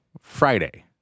Friday